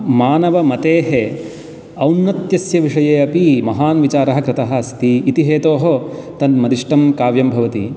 मानवमतेः औन्नत्यस्य विषये अपि महान् विचारः कृतः अस्ति इति हेतोः तन्मदिष्टं काव्यं भवति